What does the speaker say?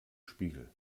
spiegel